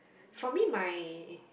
for me my